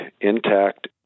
intact